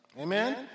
Amen